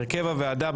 הרכב הוועדה.